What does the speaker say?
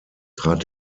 trat